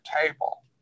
table